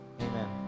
amen